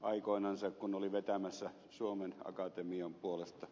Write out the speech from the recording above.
aikoinansa kun olin vetämässä suomen akatemian puolesta